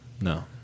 No